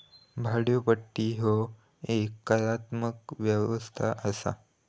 भाड्योपट्टी ह्या एक करारात्मक व्यवस्था असा